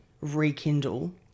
rekindle